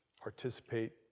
participate